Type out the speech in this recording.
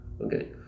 Okay